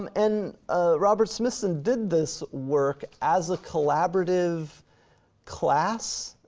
um and ah robert smithson did this work as a collaborative class.